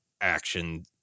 action